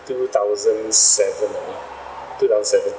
two thousand seven I think two thousand